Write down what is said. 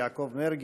יעקב מרגי,